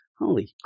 Holy